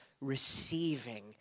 receiving